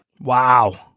Wow